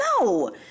no